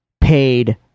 paid